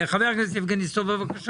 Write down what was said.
חה"כ יבגני סובה, בבקשה.